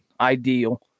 ideal